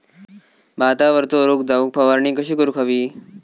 भातावरचो रोग जाऊक फवारणी कशी करूक हवी?